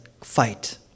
fight